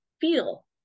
feel